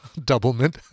Doublemint